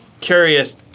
curious